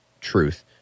truth